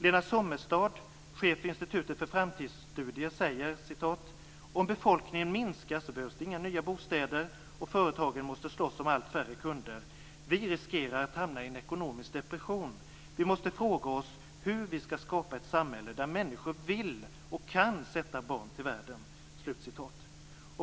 Lena Sommestad, chef för Institutet för framtidsstudier, säger: "Om befolkningen minskar behövs inga nya bostäder, och företagen måste slåss om allt färre kunder. Vi riskerar att hamna i en ekonomisk depression. Vi måste fråga oss hur vi ska skapa ett samhälle där människor vill och kan sätta barn till världen."